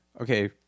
Okay